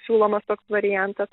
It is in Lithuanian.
siūlomas toks variantas